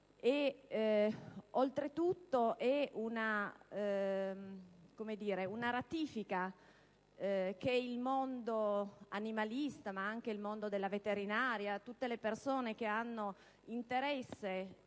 si tratta di una ratifica che il mondo animalista, ma anche il mondo della veterinaria e tutte le persone che hanno interesse